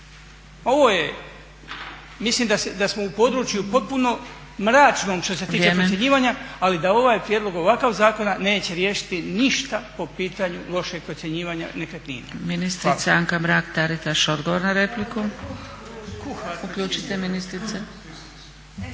Ovo je, mislim da smo u području potpuno mračnom što se tiče procjenjivanja … …/Upadica Zgrebec: Vrijeme./… … ali da ovaj, prijedlog ovakvog zakona neće riješiti ništa po pitanju lošeg procjenjivanja nekretnina.